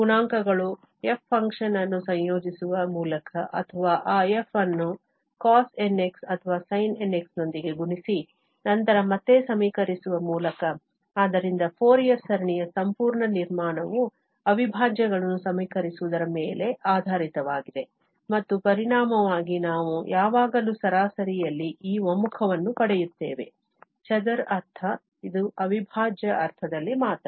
ಗುಣಾಂಕಗಳು f function ಅನ್ನು ಸಂಯೋಜಿಸುವ ಮೂಲಕ ಅಥವಾ ಆ f ಅನ್ನು cos nx ಅಥವಾ sin nx ನೊಂದಿಗೆ ಗುಣಿಸಿ ನಂತರ ಮತ್ತೆ ಸಮೀಕರಿಸುವ ಮೂಲಕ ಆದ್ದರಿಂದ ಫೋರಿಯರ್ ಸರಣಿಯ ಸಂಪೂರ್ಣ ನಿರ್ಮಾಣವು ಅವಿಭಾಜ್ಯಗಳನ್ನು ಸಮೀಕರಿಸುವುದರ ಮೇಲೆ ಆಧಾರಿತವಾಗಿದೆ ಮತ್ತು ಪರಿಣಾಮವಾಗಿ ನಾವು ಯಾವಾಗಲೂ ಸರಾಸರಿಯಲ್ಲಿ ಈ ಒಮ್ಮುಖವನ್ನು ಪಡೆಯುತ್ತೇವೆ ಚದರ ಅರ್ಥ ಇದು ಅವಿಭಾಜ್ಯ ಅರ್ಥದಲ್ಲಿ ಮಾತ್ರ